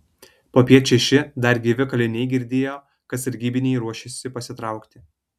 popiet šeši dar gyvi kaliniai girdėjo kad sargybiniai ruošiasi pasitraukti